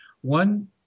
One